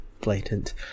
blatant